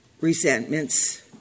resentments